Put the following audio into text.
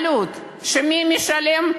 עלות שמי משלם?